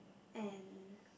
and